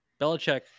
Belichick